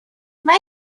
ولی